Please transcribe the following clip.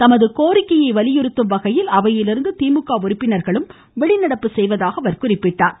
தமது கோரிக்கையை வலியுறுத்தும் வகையில் அவையிலிருந்து திமுக உறுப்பினர்களும் வெளிநடப்பு செய்வதாக அவர் குறிப்பிட்டார்